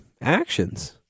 actions